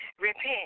repent